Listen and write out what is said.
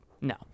No